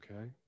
Okay